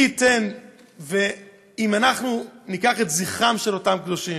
מי ייתן ו- אם אנחנו ניקח את זכרם של אותם קדושים,